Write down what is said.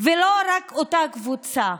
ולא רק אותה קבוצה.